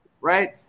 right